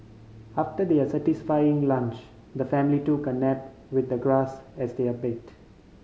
after their satisfying lunch the family took a nap with the grass as their bed